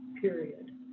period